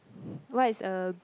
what is a